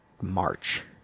March